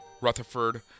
Rutherford